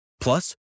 Plus